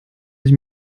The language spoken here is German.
ich